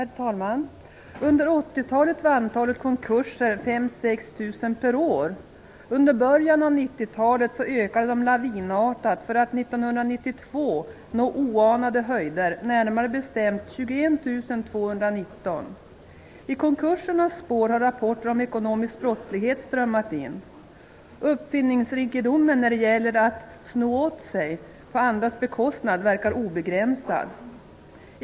Herr talman! Under 1980-talet var antalet konkurser 5 000--6 000 per år. Under början av 1990-talet ökade de lavinartat för att 1992 nå oanade höjder, närmare bestämt 21 219. I konkursernas spår har rapporter om ekonomisk brottslighet strömmat in. Uppfinningsrikedomen när det gäller att ''sno åt sig'' på andras bekostnad verkar obegränsad.